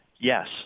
yes